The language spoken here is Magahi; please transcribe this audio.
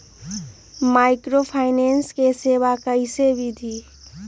माइक्रोफाइनेंस के सेवा कइसे विधि?